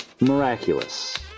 Miraculous